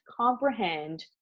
comprehend